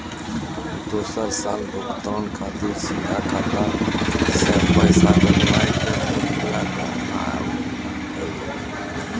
दोसर साल भुगतान खातिर सीधा खाता से पैसा कटवाए के प्रक्रिया का हाव हई?